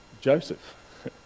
Joseph